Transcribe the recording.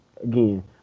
again